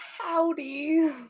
Howdy